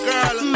Girl